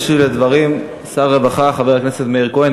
ישיב על הדברים שר הרווחה, חבר הכנסת מאיר כהן.